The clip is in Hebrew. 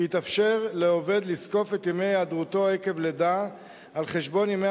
כי יתאפשר לעובד לזקוף את ימי היעדרותו עקב לידה על חשבון ימי